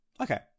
Okay